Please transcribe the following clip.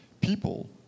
people